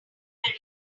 bury